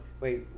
wait